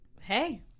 hey